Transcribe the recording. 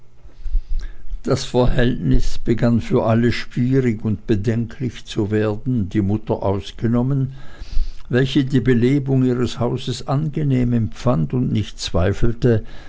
das verhältnis begann für alle schwierig und bedenklich zu werden die mutter ausgenommen welche die belebung ihres hauses angenehm empfand und nicht zweifelte